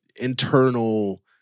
internal